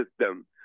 system